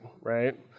right